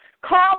Call